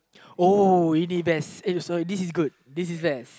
oh E D best !aiyo! sorry this is good this is bad